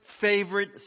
favorite